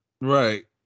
Right